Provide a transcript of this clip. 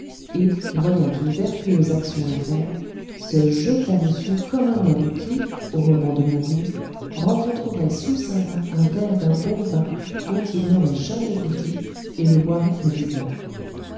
et voyant une vertueuse action à faire se jeta dessus comme un homme qui au moment de mourir rencontrerait sous sa main un verre d'un bon vin dont il n'aurait jamais goûté et le boirait avidement